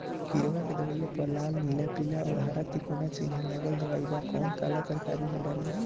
किड़वा के दवाईया प लाल नीला पीला और हर तिकोना चिनहा लगल दवाई बा कौन काला तरकारी मैं डाली?